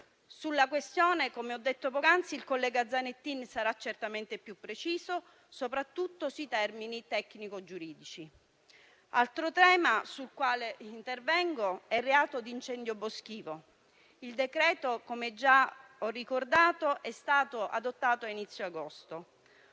Sulla questione, come ho detto poc'anzi, il collega Zanettin sarà certamente più preciso soprattutto sui termini tecnico-giuridici. Altro tema sul quale intervengo è il reato di incendio boschivo. Il provvedimento, come già ricordato, è stato adottato ad inizio agosto,